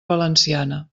valenciana